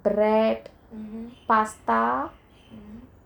bread pasta